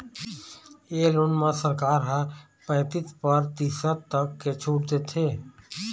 ए loan म सरकार ह पैतीस परतिसत तक के छूट देथे